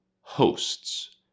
Hosts